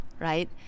right